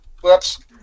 Whoops